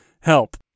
Help